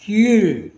கீழ்